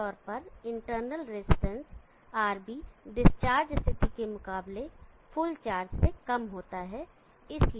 आम तौर पर इंटरनल रेजिस्टेंस RB डिस्चार्ज स्थिति के मुकाबले फुल चार्ज से कम होता है